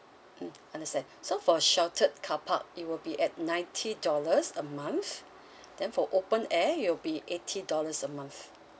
mm understand so for sheltered carpark it will be at ninety dollars a month then for open air it'll be eighty dollars a month